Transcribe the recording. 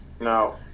No